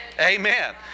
Amen